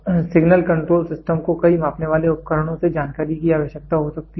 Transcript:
तब signal control system को कई मापने वाले उपकरणों से जानकारी की आवश्यकता हो सकती है